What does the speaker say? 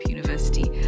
University